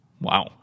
Wow